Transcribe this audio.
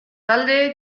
talde